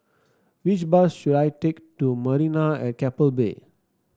which bus should I take to Marina at Keppel Bay